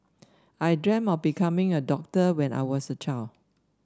I dream of becoming a doctor when I was a child